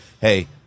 Hey